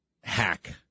hack